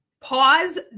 pause